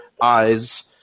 Eyes